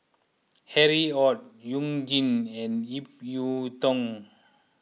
Harry Ord You Jin and Ip Yiu Tung